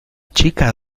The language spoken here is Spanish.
chica